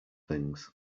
things